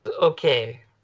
Okay